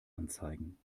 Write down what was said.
anzeigen